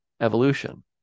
evolution